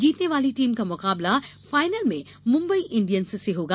जीतने वाली टीम का मुकाबला फाइनल में मुम्बई इंडियंस से होगा